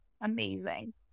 Amazing